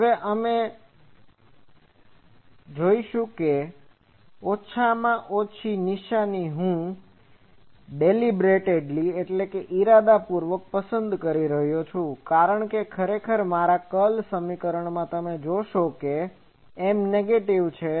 હવે તમે અહીં જોશો તેમ આ ઓછા ની નીશાની હું ડેલીબ્રેટલીdeliberately ઇરાદાપૂર્વક પસંદ કરી રહ્યો છું કારણ કે ખરેખર મારા કર્લ સમીકરણમાં તમે જોશો કે M નેગેટીવ છે